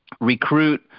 recruit